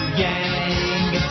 gang